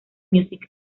music